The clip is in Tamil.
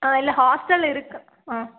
ஆ இல்லை ஹாஸ்டல் இருக்குது ஆ